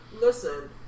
Listen